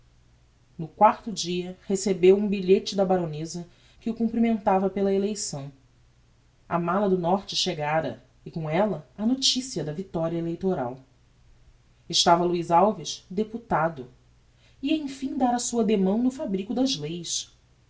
no quarto dia recebeu um bilhete da baroneza que o comprimentava pela eleição a mala do norte chegára e com ella a noticia da victoria eleitoral estava luiz alves deputado ia emfim dar a sua demão no fabricos das leis